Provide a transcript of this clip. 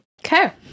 Okay